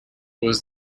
was